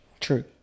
True